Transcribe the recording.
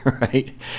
right